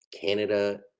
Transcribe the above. Canada